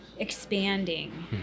Expanding